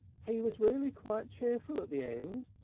he was really quite cheerful at the end,